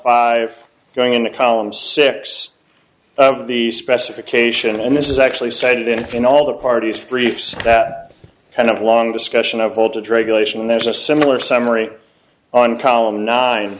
five going in column six of the specification and this is actually cited in fin all the parties to brief so that kind of long discussion of voltage regulation and there's a similar summary on column nine